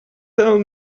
tell